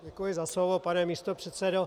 Děkuji za slovo, pane místopředsedo.